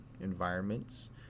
environments